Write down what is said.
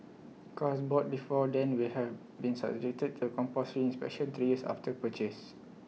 cars bought before then will have been subjected to compulsory inspections three years after purchase